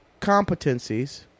competencies